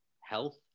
health